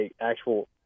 actual